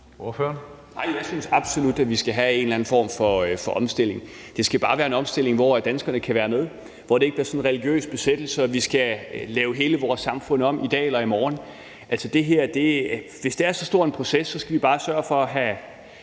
(DF): Nej, jeg synes absolut, at vi skal have en eller anden form for omstilling, men det skal bare være en omstilling, hvor danskerne kan være med – hvor det ikke bliver sådan en religiøs besættelse og vi skal lave hele vores samfund om i dag eller i morgen. Altså, hvis det er så stor en proces, skal vi bare sørge for at have